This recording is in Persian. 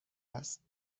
است